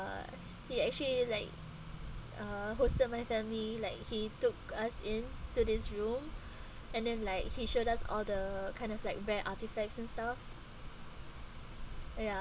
uh he actually like uh hosted my family like he took us in to this room and then like he showed us all the kind of like rare artefacts and stuff ya